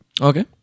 Okay